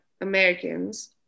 Americans